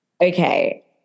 Okay